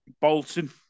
Bolton